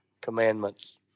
commandments